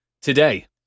Today